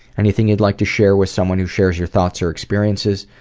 anything you'd like to share with someone who's shared your thoughts or experiences?